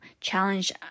challenge